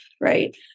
Right